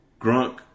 Grunk